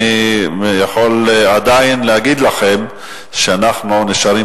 אני יכול עדיין להגיד לכם שאנחנו נשארים